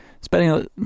spending